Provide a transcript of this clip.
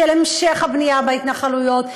של המשך הבנייה בהתנחלויות,